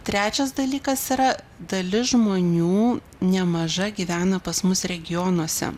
trečias dalykas yra dalis žmonių nemaža gyvena pas mus regionuose